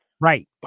Right